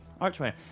Archway